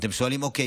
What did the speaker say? ואתם שואלים: אוקיי,